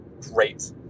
great